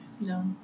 No